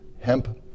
hemp